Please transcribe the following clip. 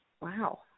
Wow